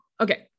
Okay